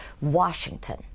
Washington